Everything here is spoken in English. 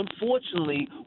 Unfortunately